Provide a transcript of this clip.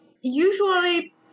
usually